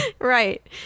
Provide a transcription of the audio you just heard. right